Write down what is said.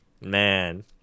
Man